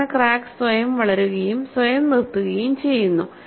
അതാണ് ക്രാക്ക് സ്വയം വളരുകയും സ്വയം നിർത്തുകയും ചെയ്യുന്നു